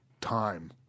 time